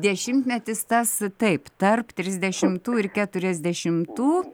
dešimtmetis tas taip tarp trisdešimtų ir keturiasdešimtų